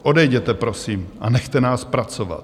Odejděte prosím a nechte nás pracovat.